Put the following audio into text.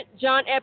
John